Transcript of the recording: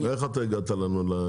ואיך אתה הגעת לנו?